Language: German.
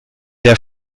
der